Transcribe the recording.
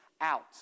out